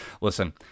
Listen